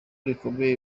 rikomeye